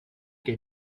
que